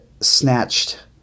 snatched